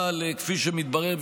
אבל כפי שמתברר,